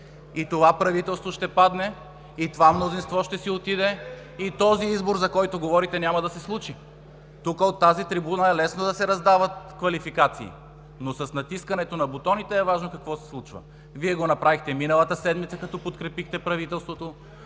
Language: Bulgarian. Това правителство ще падне и това мнозинство ще си отиде, а този избор, за който говорите, няма да се случи. Тук, от тази трибуна, е лесно да се раздават квалификации, но е важно какво се случва с натискането на бутоните. Вие го направихте миналата седмица, като подкрепихте правителството;